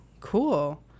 cool